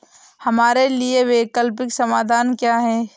हमारे लिए वैकल्पिक समाधान क्या है?